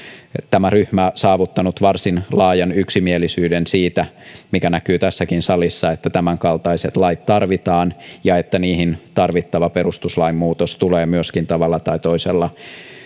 tämä ryhmä on saavuttanut varsin laajan yksimielisyyden siitä mikä näkyy tässäkin salissa että tämänkaltaiset lait tarvitaan ja että niihin tarvittava perustuslain muutos tulee myöskin tavalla tai toisella ja